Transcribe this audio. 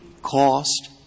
cost